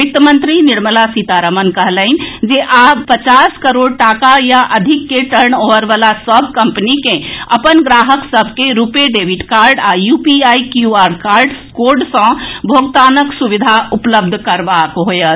वित्त मंत्री निर्मला सीतारमण कहलनि अछि जे आब पचास करोड़ टाका वा अधिक कॅ टर्न ओवर वला सभ कंपनी कॅ अपन ग्राहक सभ के रूपे डेबिट कार्ड आ यूपीआई क्यू आर कोड सॅ भोगतानक सुविधा उपलब्ध करेबाक होएत